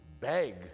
beg